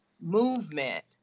movement